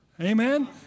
Amen